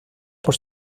por